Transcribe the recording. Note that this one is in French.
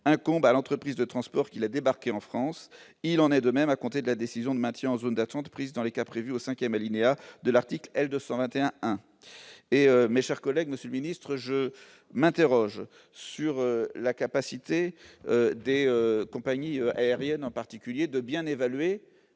incombe à l'entreprise de transport qu'il a débarqué en France il en est de même à compter de la décision de maintien en zone d'attente prises dans les cas prévus au 5ème alinéa de l'article L 221 et mes chers collègues, monsieur le ministre, je m'interroge sur la capacité des compagnies Air rien en particulier de bien évaluer